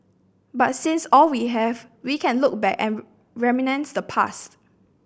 but since all we have we can look back and reminisce the past